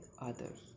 others